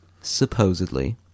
supposedly